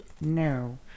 No